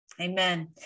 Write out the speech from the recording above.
Amen